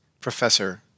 Professor